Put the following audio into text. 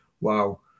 Wow